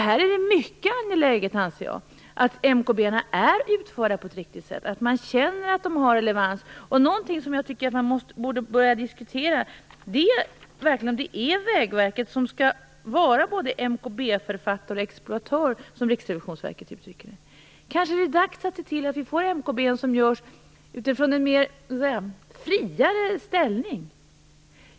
Här är det mycket angeläget, anser jag, att MKB:na är utförda på ett riktigt sätt och att man känner att de har relevans. Jag tycker att man borde börja diskutera om Vägverket verkligen skall vara både MKB-författare och exploatör, som Riksrevisionsverket uttrycker det. Kanske är det dags att se till att MKB görs utifrån en friare ställning?